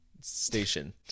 station